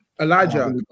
Elijah